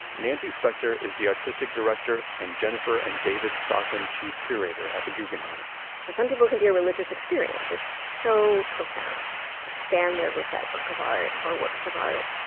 nancy spector is the artistic director and jennifer and david stockman chief curator at the guggenheim for some people, it can be a religious experience. it's so profound to stand there with that work of art or works of art.